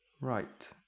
Right